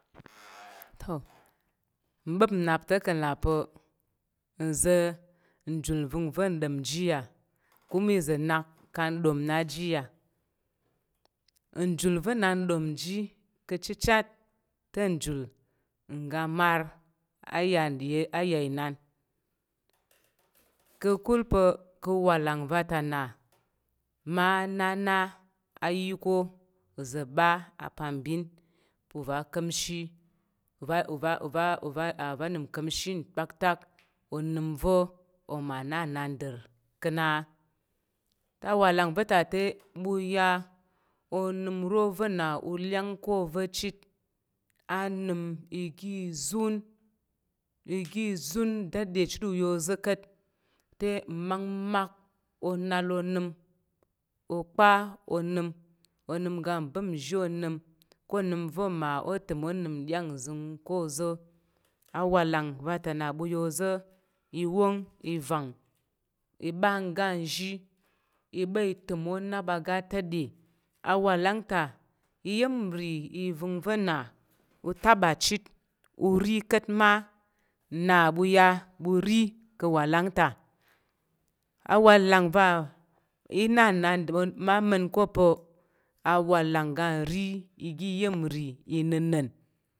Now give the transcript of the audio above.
to, mɓəp nnap ta̱ ka̱ nlà pa̱ nza̱ njul va̱ n ɗom ji yà, kuma iza̱ nak ka n ɗom ji yà. Njul va̱ na n ɗom ji ka̱ chichat te njul ngga amar a ya a ya inan. Ka̱kul pa̱ ka̱ walang va ta na mma na na a yi ko uza̱ ɓa apambin pa̱ uva̱ aka̱mshi yi uva uva uva uva a nəm nka̱mshi pa̱ kpaktak onəm va̱ oma na nnandər ka̱ na a. Awalang va̱ ta te ɓu ya onəm ro va na u lyang ko oza̱ chit a nəm igi izun igi izun dede chit u ya oza̱ ka̱t te mmakmak o nal onəm, okpa onəm, onəm oga ngbak nzhi onəm ko onəm va̱ ma o təm o nəm nɗyang nzəng ko oza̱ awalang va ta na na ɓu ya oza̱ i wong i vang i ɓa nga nzhi i ɓa i təm o nap aga tade. Awalang nta iya̱m nri i vəng va̱ na u taba chit u ri ka̱t ma nna ɓu ri ka̱ walang ta. Awalang va i na nnandər mma ma̱n ko pa̱ awalang nri igi iya̱m ri inəna̱n